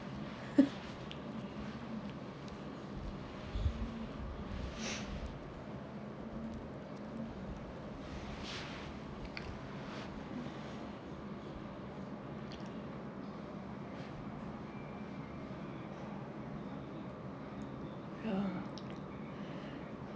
ya